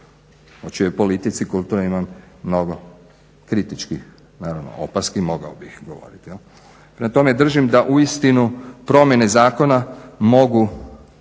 o čijoj politici kulturnoj imam mnogo kritičkih, naravno, opaski, mogao bih govoriti. Prema tome, držim da uistinu promjene zakona mogu